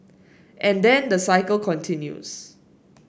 and then the cycle continues